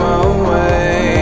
away